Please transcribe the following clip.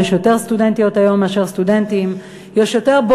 יש היום יותר סטודנטיות מאשר סטודנטים,